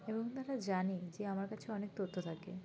এবং তারা জানে যে আমার কাছে অনেক তথ্য থাকে